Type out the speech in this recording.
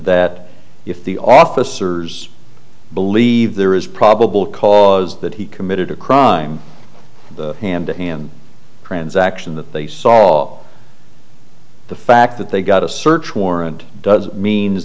that if the officers believe there is probable cause that he committed a crime the hand to him transaction that they saw the fact that they got a search warrant does means